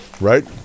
right